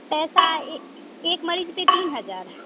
पैसा एक मरीज़ पर तीन हज़ार